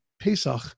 Pesach